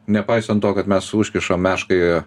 nepaisant to kad mes užkišam meškai